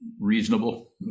reasonable